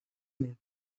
mehr